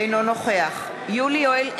אינו נוכח יולי יואל אדלשטיין,